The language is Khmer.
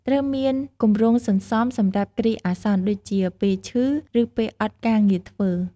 ត្រូវមានគម្រោងសន្សំសម្រាប់គ្រាអាសន្ន ដូចជាពេលឈឺ ឬពេលអត់ការងារធ្វើ។